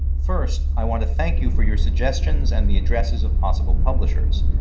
first, i want to thank you for your suggestions and the addresses of possible publishers.